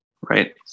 Right